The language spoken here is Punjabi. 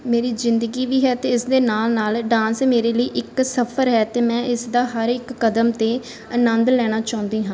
ਮੇਰੀ ਜ਼ਿੰਦਗੀ ਵੀ ਹੈ ਅਤੇ ਇਸ ਦੇ ਨਾਲ ਨਾਲ ਡਾਂਸ ਮੇਰੇ ਲਈ ਇੱਕ ਸਫਰ ਹੈ ਅਤੇ ਮੈਂ ਇਸ ਦਾ ਹਰ ਇੱਕ ਕਦਮ 'ਤੇ ਆਨੰਦ ਲੈਣਾ ਚਾਹੁੰਦੀ ਹਾਂ